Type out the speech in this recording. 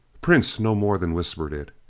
prince no more than whispered it.